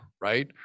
right